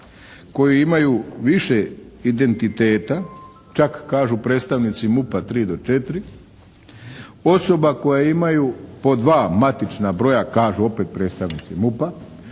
koje imaju više identiteta čak kažu predstavnici MUP-a tri do četiri. Osoba koje imaju po dva matična broja kažu opet predstavnici MUP-a,